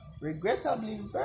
Regrettably